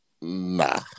Nah